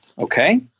okay